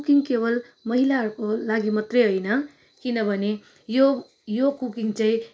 cooking केवल महिलाहरूको लागि मात्रै होइन किनभने यो यो कुकिङ चाहिँ